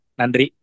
nandri